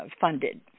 funded